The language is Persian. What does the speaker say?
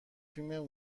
فیلم